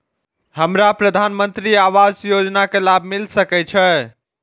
हमरा प्रधानमंत्री आवास योजना के लाभ मिल सके छे?